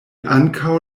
ankaŭ